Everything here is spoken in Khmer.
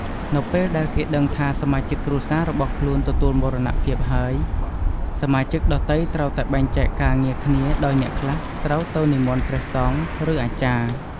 នៅពេលដែលគេដឹងថាសមាជិកគ្រួសាររបស់ខ្លួនទទួលមរណៈភាពហើយសមាជិកដទៃត្រូវតែបែងចែកការងារគ្នាដោយអ្នកខ្លះត្រូវទៅនិមន្ដព្រះសង្ឃឬអាចារ្យ។